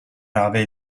nave